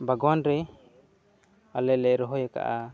ᱵᱟᱜᱽᱣᱟᱱ ᱨᱮ ᱟᱞᱮ ᱞᱮ ᱨᱚᱦᱚᱭ ᱟᱠᱟᱫᱼᱟ